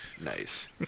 Nice